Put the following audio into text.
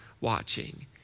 watching